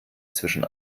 zwischen